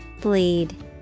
bleed